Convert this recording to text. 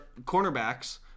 cornerbacks